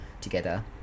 together